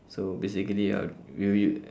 so basically I would we'll u~